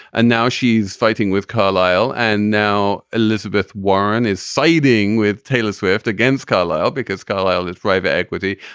ah now she's fighting with carlyle. and now elizabeth warren is siding with taylor swift against carlyle because carlyle is private equity.